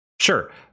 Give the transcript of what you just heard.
sure